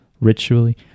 ritually